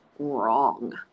wrong